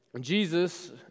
Jesus